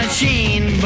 Machine